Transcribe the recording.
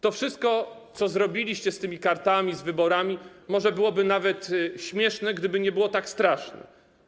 To wszystko, co zrobiliście z tymi kartami, z wyborami, może byłoby nawet śmieszne, gdyby nie było tak straszne.